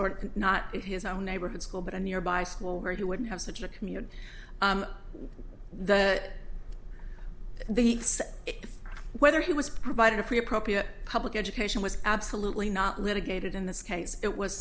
not in his own neighborhood school but a nearby school where he wouldn't have such a community that the whether he was provided a free appropriate public education was absolutely not litigated in this case it was